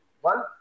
one